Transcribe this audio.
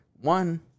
One